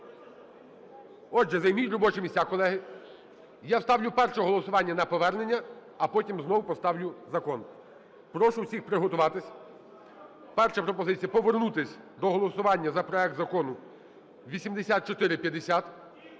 Отже, займіть робочі місця, колеги. Я ставлю перше голосування – на повернення, а потім знову поставлю закон. Прошу всіх приготуватися. Перша пропозиція: повернутися до голосування за проект Закону 8450.